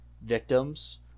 victims